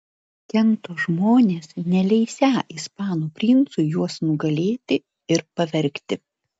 kento žmonės neleisią ispanų princui juos nugalėti ir pavergti